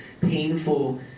painful